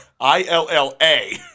I-L-L-A